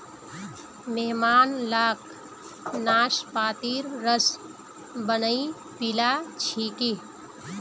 मेहमान लाक नाशपातीर रस बनइ पीला छिकि